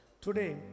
today